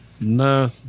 No